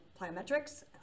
plyometrics